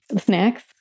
Snacks